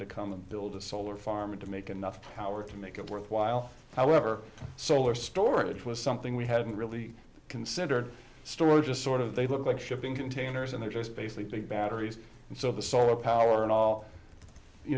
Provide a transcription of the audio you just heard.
to come and build a solar farm and to make enough power to make it worthwhile however solar storage was something we hadn't really considered storage just sort of they look like shipping containers and they're just basically big batteries and so the solar power and all you